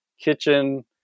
kitchen